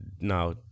Now